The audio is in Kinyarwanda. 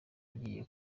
agiye